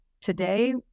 today